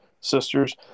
sisters